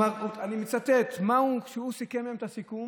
אני מצטט, הוא סיכם היום את הסיכום: